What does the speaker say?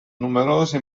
numerosi